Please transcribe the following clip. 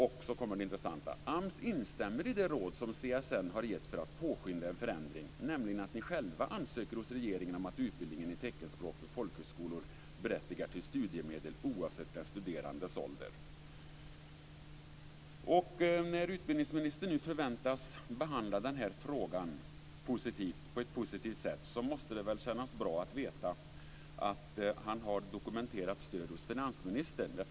Och så kommer det intressanta: "AMS instämmer i det råd som CSN har gett för att påskynda en förändring, nämligen att ni själva ansöker hos Regeringen om att utbildningen i teckenspråk för folkhögskolor berättigar till studiemedel oavsett den studerandes ålder." När utbildningsministern nu förväntas behandla den här frågan på ett positivt sätt måste det väl kännas bra att veta att han har dokumenterat stöd hos finansministern.